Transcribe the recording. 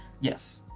Yes